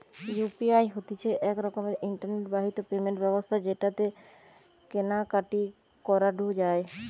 UPI হতিছে এক রকমের ইন্টারনেট বাহিত পেমেন্ট ব্যবস্থা যেটাকে কেনা কাটি করাঢু যায়